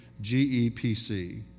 G-E-P-C